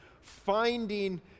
finding